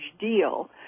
deal